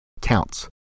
counts